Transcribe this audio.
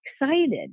excited